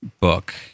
book